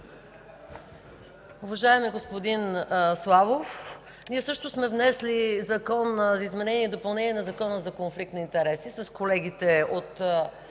Уважаеми господин Славов, ние също сме внесли Законопроект за изменение и допълнение на Закона за конфликт на интереси с колегите от